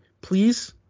Please